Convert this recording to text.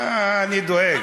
אני דואג.